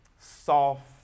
soft